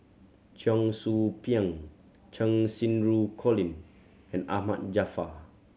Cheong Soo Pieng Cheng Xinru Colin and Ahmad Jaafar